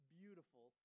beautiful